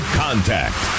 contact